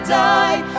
die